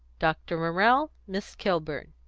dr. morrell, miss kilburn.